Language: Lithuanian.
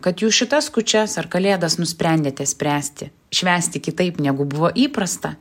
kad jūs šitas kūčias ar kalėdas nusprendėte spręsti švęsti kitaip negu buvo įprasta